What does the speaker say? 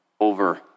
over